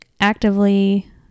actively